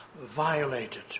violated